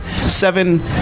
seven